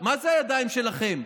מה זה הידיים שלכם?